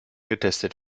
getestet